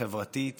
חברתית